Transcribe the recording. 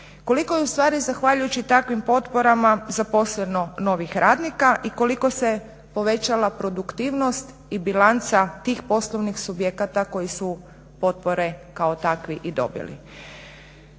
Koliko je u stvari zahvaljujući takvim potporama zaposleno novih radnika i koliko se povećala produktivnost i bilanca tih poslovnih subjekata koji su potpore kao takvi i dobili.